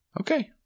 okay